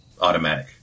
automatic